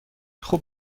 خوب